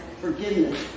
forgiveness